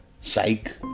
psych